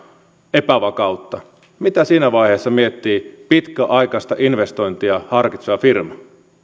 epävakautta mitä siinä vaiheessa miettii pitkäaikaista investointia harkitseva firma